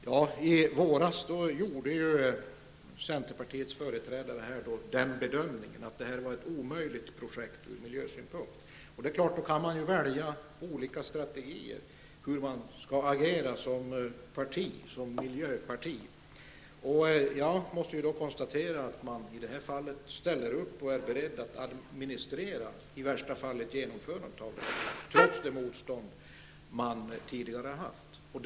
Herr talman! I våras gjorde centerpartiets företrädare bedömningen att det här är ett omöjligt projekt ur miljösynpunkt. Man kan då välja olika strategier för hur man skall agera som parti. Jag måste konstatera att man i det här fallet ställer upp och är beredd att i värsta fall administrera ett genomförande, trots det motstånd man tidigare har haft.